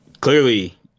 Clearly